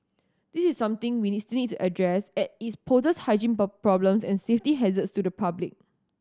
this is something we still need to address as it poses hygiene problems and safety hazards to the public